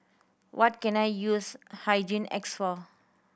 what can I use Hygin X for